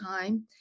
time